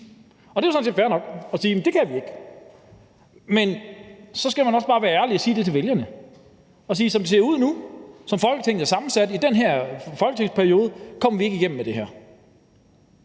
Det er jo sådan set fair nok at sige, at det kan man ikke. Men så skal man også bare være ærlig og sige det til vælgerne og sige: Som det ser ud nu, som Folketinget er sammensat i den her folketingsperiode, kommer vi ikke igennem med det her.